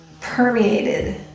permeated